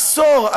עשור,